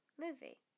movie